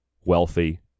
wealthy